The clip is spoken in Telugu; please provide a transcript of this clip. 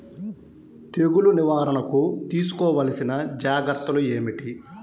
తెగులు నివారణకు తీసుకోవలసిన జాగ్రత్తలు ఏమిటీ?